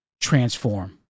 transform